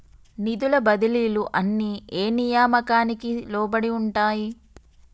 నిధుల బదిలీలు అన్ని ఏ నియామకానికి లోబడి ఉంటాయి?